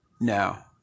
Now